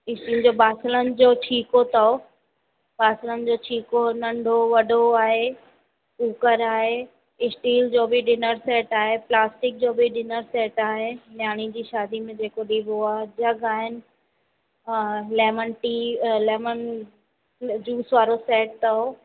steel जो बासणनि जो छीको अथव बासणनि जो छीको नंढो वॾो आहे कुकर आहे स्टील जो बि डिनर सैट आहे प्लास्टिक जो बि डिनर सैट आहे न्याणी जी शादी में जेको ॾिबो आहे जग आहिनि लैमन टी लैमन जूस वारो सैट तओ